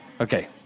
okay